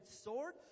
sword